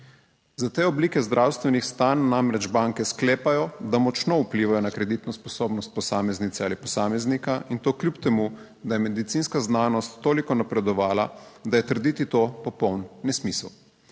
Za te oblike zdravstvenih stanj namreč banke sklepajo, da močno vplivajo na kreditno sposobnost posameznice ali posameznika in to kljub temu, da je medicinska znanost toliko napredovala, da je trditi to popoln nesmisel.